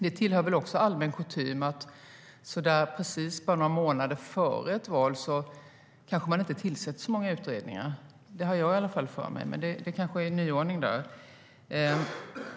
Det är väl också allmän kutym att man inte tillsätter så många utredningar bara några månader före ett val. Det har i alla fall jag för mig, men det kanske är en nyordning.